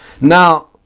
Now